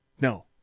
No